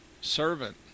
servant